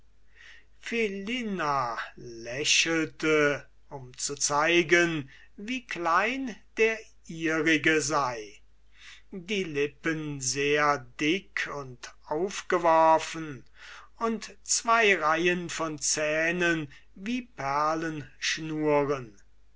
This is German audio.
lächelte um zu zeigen wie klein der ihrige sei die lippen sehr dick und aufgeworfen und zwo reihen von zähnen wie